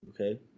Okay